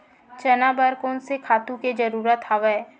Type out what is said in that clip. चना बर कोन से खातु के जरूरत हवय?